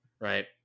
right